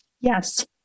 Yes